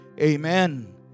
Amen